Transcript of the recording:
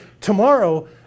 tomorrow